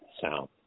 sound